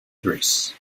thrace